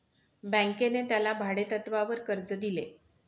बँकेने त्याला भाडेतत्वावर कर्ज दिले